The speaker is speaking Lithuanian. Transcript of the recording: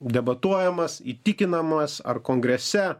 debatuojamas įtikinamas ar kongrese